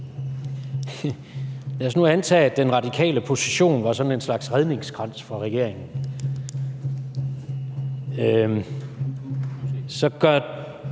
Lad os nu antage, at den radikale position var sådan en slags redningskrans for regeringen, så gør